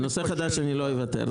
נושא חדש אני לא אוותר.